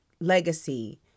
legacy